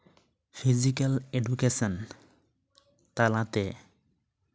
physical education ᱛᱟᱞᱟᱛᱮ